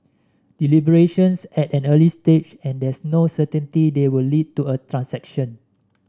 deliberations are at an early stage and there's no certainty they will lead to a transaction